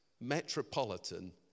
Metropolitan